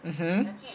mmhmm